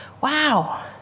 wow